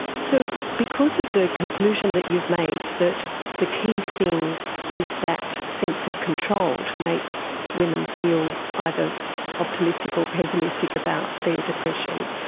so because of the conclusion that you've made, that the key thing is that sense of control, to make women feel either optimistic or pessimistic about their depression,